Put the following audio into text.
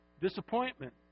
disappointment